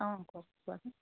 অঁ কওক কোৱা